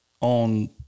On